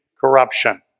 corruption